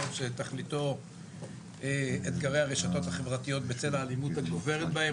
יום שתכליתו אתגרי הרשתות החברתיות בצל האלימות הגוברת בהן,